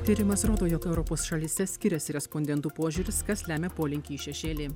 tyrimas rodo jog europos šalyse skiriasi respondentų požiūris kas lemia polinkį į šešėlį